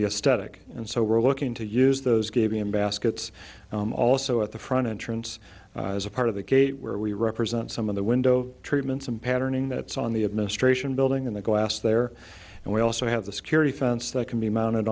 a static and so we're looking to use those gave me in baskets also at the front entrance as a part of the gate where we represent some of the window treatments and patterning that's on the administration building in the glass there and we also have the security fence that can be mounted